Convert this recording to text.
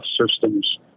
systems